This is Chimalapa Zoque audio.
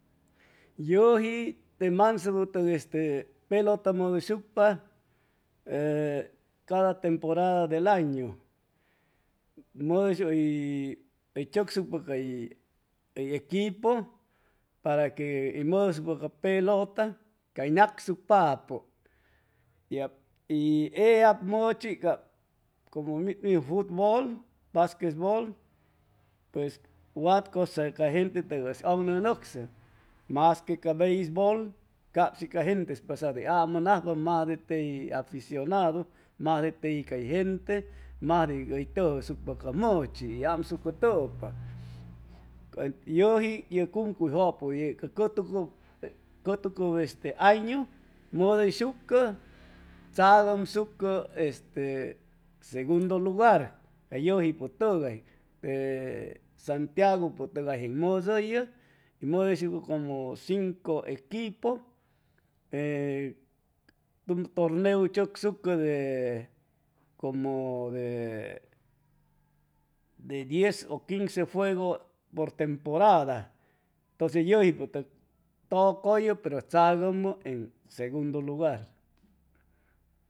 Yʉji te mansebutʉg este pelota mʉdʉyshucpa oo cada temporada del añu hʉy chʉcshucpa cay ʉy equipo para que hʉy mʉdʉsucpa ca pelota cay nacsucpapʉ y ellab mʉchi cap como futbol. basquetbol pues wat cosa ca gentetʉgay hʉy ʉŋnʉnʉcsʉ masque ca beisbol cap shi ca gente pasadu hʉy amʉnajpa majde tey aficionadu majde teji cay gente majde hʉy tʉjʉsucpa ca mʉchi hʉy amsucʉtʉpa ca yʉji ye cumcuyjʉpʉ ye cʉtucʉp este añu mʉsʉyshucʉ tzagʉmsucʉ este segundo lugar ca yʉjipʉtʉgay satiagupʉtʉgay jeeŋ mʉdʉyʉ y mʉdʉyshucʉ como cinco equipo e tumʉ torneo hʉy chʉsucʉ de como de diez ʉ quince juego por temporada pʉs ye yʉjipʉ tʉcʉyʉ pero tzagʉmʉ en segundo lugar